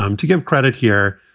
um to give credit here,